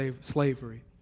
slavery